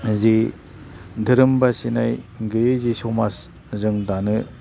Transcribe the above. जि धोरोम बासिनाय गैयै जि समाज जों दानो